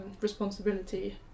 responsibility